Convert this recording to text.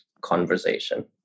conversation